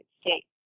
States